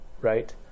right